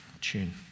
tune